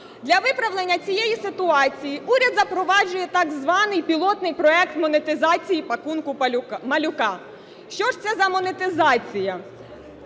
Для виправлення цієї ситуації уряд запроваджує так званий пілотний проект монетизації "пакунку малюка". Що ж це за монетизація?